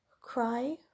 cry